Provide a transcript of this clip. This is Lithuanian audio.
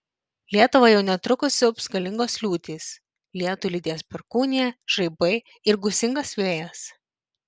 lietuvą jau netrukus siaubs galingos liūtys lietų lydės perkūnija žaibai ir gūsingas vėjas